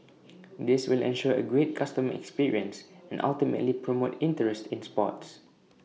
this will ensure A great customer experience and ultimately promote interest in sports